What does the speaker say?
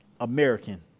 American